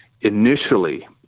initially